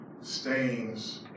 stains